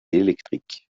électrique